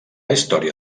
història